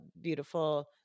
beautiful